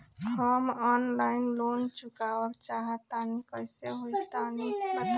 हम online loan चुकावल चाहऽ तनि कइसे होई तनि बताई?